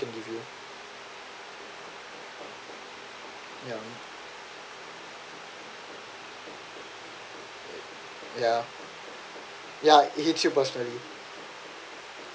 give you ya ya ya it hits you personally